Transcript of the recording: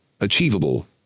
achievable